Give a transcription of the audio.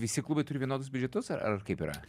visi klubai turi vienodus biudžetus ar kaip yra